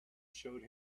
showed